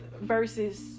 versus